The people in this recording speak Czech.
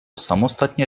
samostatně